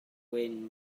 gwyn